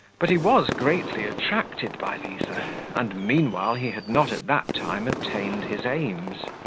but he was greatly attracted by liza and meanwhile, he had not at that time attained his aims.